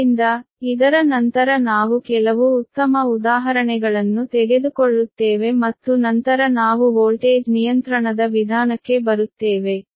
ಆದ್ದರಿಂದ ಇದರ ನಂತರ ನಾವು ಕೆಲವು ಉತ್ತಮ ಉದಾಹರಣೆಗಳನ್ನು ತೆಗೆದುಕೊಳ್ಳುತ್ತೇವೆ ಮತ್ತು ನಂತರ ನಾವು ವೋಲ್ಟೇಜ್ ನಿಯಂತ್ರಣದ ವಿಧಾನಕ್ಕೆ ಬರುತ್ತೇವೆ